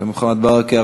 ולחבר הכנסת מוחמד ברכה,